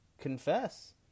confess